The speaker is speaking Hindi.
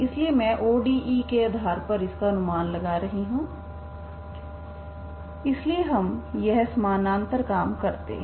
इसलिए मैं ODE के आधार पर इसका अनुमान लगा रही हूं इसलिए हम यहां समानांतर काम करते हैं